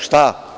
Šta?